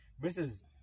Versus